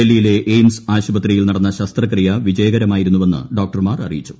ഡൽഹിയിലെ എയിംസ് ആശുപത്രിയിൽ നടന്ന ശസ്ത്രക്രിയ വിജയകരമായിരുന്നുവെന്ന് ഡോക്ടർമാർ അറിയിച്ചു